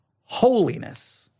Holiness